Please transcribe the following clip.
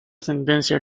ascendencia